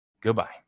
Goodbye